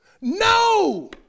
No